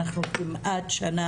אנחנו כמעט שנה